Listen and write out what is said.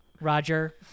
Roger